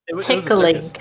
tickling